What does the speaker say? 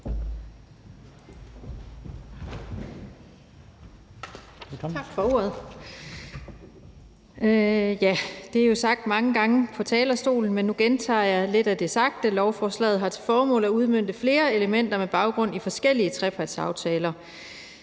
Tak for ordet.